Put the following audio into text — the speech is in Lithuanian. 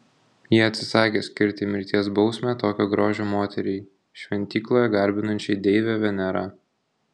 jie atsisakė skirti mirties bausmę tokio grožio moteriai šventykloje garbinančiai deivę venerą